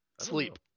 sleep